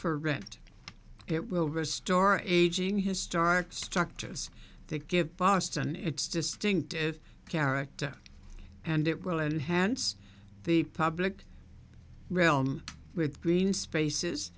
for rent it will restore aging historic structures to give boston its distinctive character and it will enhance the public realm with green space